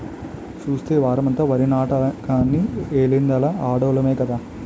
సూస్తే ఈ వోరమంతా వరినాట్లకని ఎల్లిందల్లా ఆడోల్లమే కదా